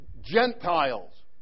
Gentiles